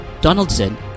Donaldson